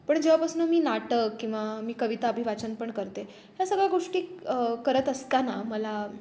पण जेव्हापासनं मी नाटक किंवा मी कविता अभिवाचन पण करते ह्या सगळ्या गोष्टी करत असताना मला